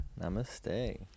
Namaste